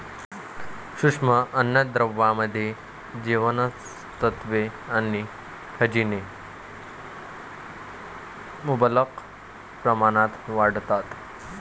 सूक्ष्म अन्नद्रव्यांमध्ये जीवनसत्त्वे आणि खनिजे मुबलक प्रमाणात आढळतात